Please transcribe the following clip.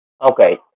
Okay